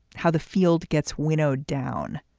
how the field gets winnowed down